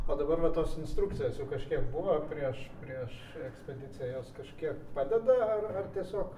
o dabar va tos instrukcijos kažkiek buvo prieš prieš ekspediciją jos kažkiek padeda ar ar tiesiog